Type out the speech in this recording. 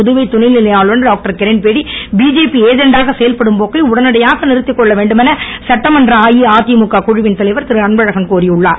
புதுவை துணைநிலை ஆளுனர் doctor Kiran Bedi BJP ஏஜென்டாக செயல்படும் போக்கை உடனடியாக நிறுத்திக்கொள்ள வேண்டுமென சட்டமன்ற அஇஅதிமுக குழுவின் தலைவர் திருஅன்பழகன் கோரியுள்ளார்